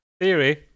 theory